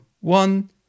one